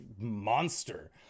monster